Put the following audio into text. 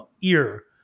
ear